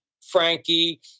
Frankie